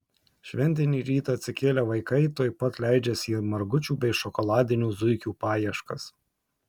šventinį rytą atsikėlę vaikai tuoj pat leidžiasi į margučių bei šokoladinių zuikių paieškas